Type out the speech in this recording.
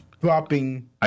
dropping